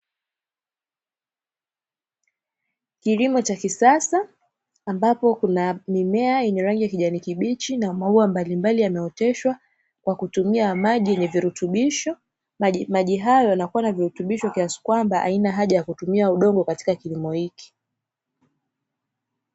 Kilimo cha kisasa, ambapo kuna mimea yenye rangi ya kijani kibichi na maua mbalimbali yameoteshwa, kwa kutumia maji yenye virutubisho. Maji hayo yanakua na virutubisho kwamba, haina haja ya kutumia udongo katika kilimo hiki.